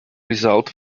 result